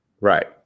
right